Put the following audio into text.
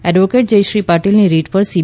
advocate Jayashree પાટિલની writ પર C